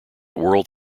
world